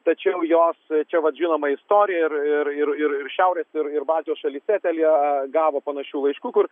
tačiau jos čia vat žinoma istorija ir ir ir šiaurės ir baltijos šalyse telia gavo panašių laiškų kur